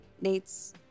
Nate's